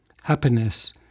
Happiness